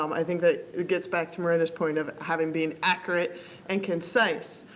um i think that it gets back to marietta's point of having being accurate and concise.